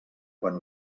quan